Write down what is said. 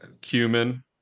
Cumin